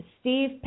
Steve